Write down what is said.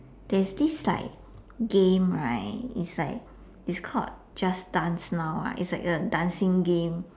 there's this like game right is like is called just dance now lah is like a dancing game